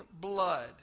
blood